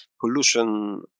pollution